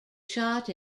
shot